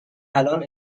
الان